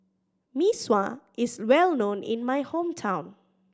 Mee Sua is well known in my hometown